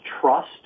trust